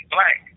Black